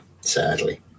sadly